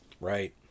Right